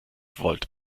volt